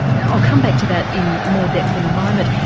i'll come back to that in more depth in a moment.